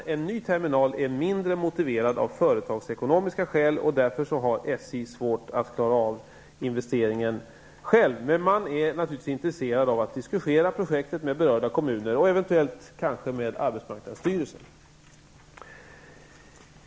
En ny terminal är mindre motiverad av företagsekonomiska skäl, och därför har SJ ensamt svårt att klara av den investeringen. Men man är naturligvis intresserad av att diskutera projektet med berörda kommuner och eventuellt med arbetsmarknadsstyrelsen.